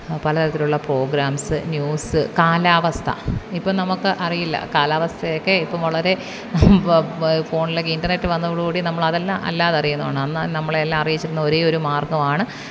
പല തരത്തിലുള്ള programs news കാലാവസ്ഥ ഇപ്പം നമുക്ക് അറിയില്ല കാലാവസ്ഥയൊക്കെ ഇപ്പം വളരെ ഫോണിലൊക്കെ ഇന്റെര്നെറ്റ് വന്നതോടുകൂടി നമ്മളതെല്ലാം അല്ലാതെ അറിയുന്നതാണ് അന്ന് നമ്മളെയെല്ലാം അറിയിച്ചിരുന്ന ഒരേയൊരു മാര്ഗമാണ്